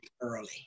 early